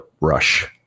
rush